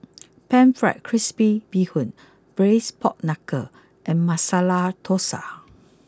Pan Fried Crispy Bee Hoon Braised Pork Knuckle and Masala Thosai